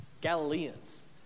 Galileans